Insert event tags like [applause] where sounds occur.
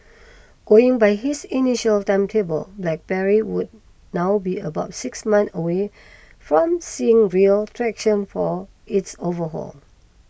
[noise] going by his initial timetable BlackBerry would now be about six month away from seeing real traction for its overhaul